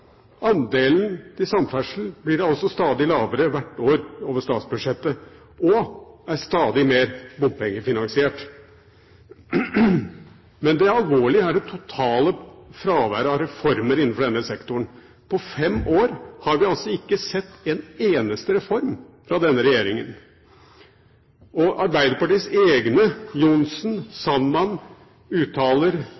Andelen til samferdsel blir da også stadig lavere hvert år over statsbudsjettet og er stadig mer bompengefinansiert. Men det alvorlige er det totale fraværet av reformer innenfor denne sektoren. På fem år har vi ikke sett en eneste reform fra denne regjeringen. Arbeiderpartiets egne, Johnsen